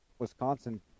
Wisconsin